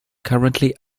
currently